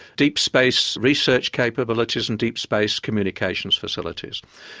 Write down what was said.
deep space research capabilities and deep space communications facilities,